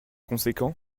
conséquent